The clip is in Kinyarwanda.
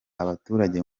abaturage